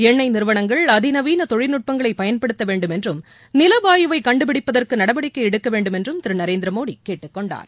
எண்ணெய் நிறுவனங்கள் அதினநவீன தொழில்நுட்பங்களை பயன்படுத்த வேண்டுமென்றும் நிலவாயுவை கண்டுபிடிப்பதற்கு நடவடிக்கை எடுக்க வேண்டுமென்று திரு நரேந்திரமோடி கேட்டுக் கொணடார்